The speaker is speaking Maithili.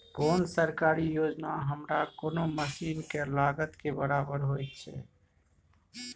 कोन सरकारी योजना हमरा कोनो मसीन के लागत के बराबर होय छै?